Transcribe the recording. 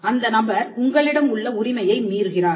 அந்த நபர் உங்களிடம் உள்ள உரிமையை மீறுகிறார்